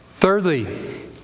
Thirdly